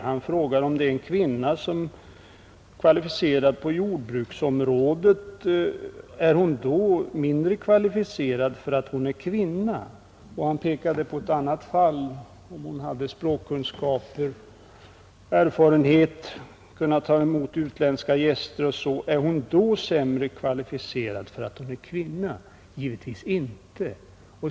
Han frågade om en kvinna, som var kvalificerad på jordbruksområdet, skulle betraktas som mindre kvalificerad enbart därför att hon var kvinna. Han pekade också på ett annat fall och frågade, om en kvinna som hade språkkunskaper och vana att ta emot utländska gäster var mindre kvalificerad därför att hon var kvinna, Givetvis inte!